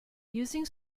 using